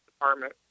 department